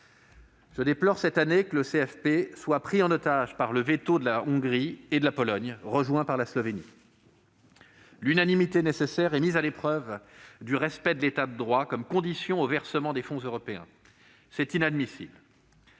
je déplore que le CFP soit pris en otage par le veto de la Hongrie et de la Pologne, rejointes par la Slovénie. L'unanimité nécessaire est mise à l'épreuve du respect de l'État de droit comme condition du versement des fonds européens. C'est inadmissible